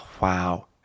wow